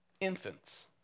Infants